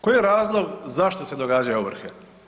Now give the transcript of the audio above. Koji je razlog zašto se događaju ovrhe?